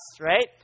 right